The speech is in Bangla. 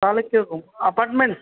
তাহলে কিরকম আপার্টমেন্ট